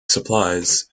supplies